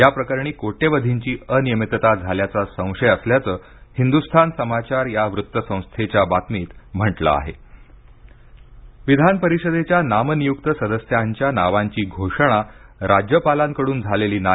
या प्रकरणी कोट्यवधींची अनियमितता झाल्याचा संशय असल्याचं हिंदुस्थान समाचार या वृत्तसंस्थेच्या बातमीत म्हटलं आहे नामनियुक्त विधान परिषदेच्या नामनियुक्त सदस्यांच्या नावांची घोषणा राज्यपालांकडून झालेली नाही